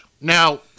Now